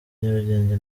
nyarugenge